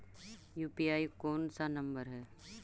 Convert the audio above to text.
UPI कोन सा number हैं?